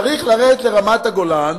צריך לרדת מרמת-הגולן,